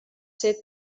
ser